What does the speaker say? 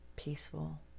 peaceful